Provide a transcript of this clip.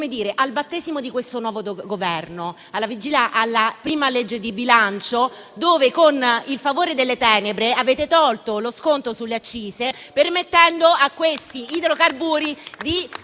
visto al battesimo di questo nuovo Governo, alla prima legge di bilancio dove, con il favore delle tenebre, ha tolto lo sconto sulle accise, permettendo a tali idrocarburi di